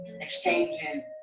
exchanging